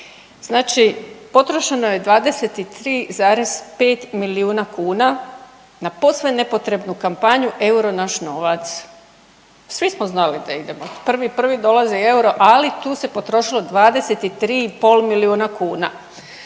Znači potrošeno je 23,5 milijuna kuna na posve nepotrebnu kampanju „euro naš novac“. Svi smo znali da idemo, 1.1. dolazi euro, ali tu se potrošilo 23,5 milijuna kuna.